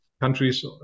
countries